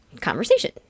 conversation